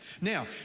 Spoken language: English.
Now